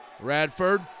Radford